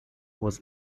was